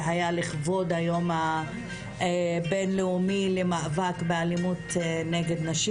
זה היה לכבוד היום הבין-לאומי למאבק באלימות נגד נשים.